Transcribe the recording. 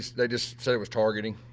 they just said it was targeting.